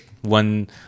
one